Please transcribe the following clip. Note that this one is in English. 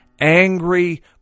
angry